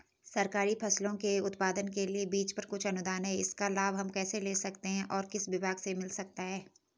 सरकारी फसलों के उत्पादन के लिए बीज पर कुछ अनुदान है इसका लाभ हम कैसे ले सकते हैं और किस विभाग से मिल सकता है?